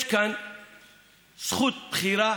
יש כאן זכות בחירה